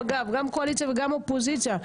גם קואליציה וגם אופוזיציה.